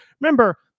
Remember